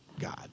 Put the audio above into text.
God